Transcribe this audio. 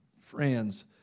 friends